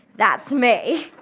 that's me.